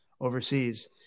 overseas